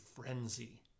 frenzy